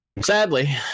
Sadly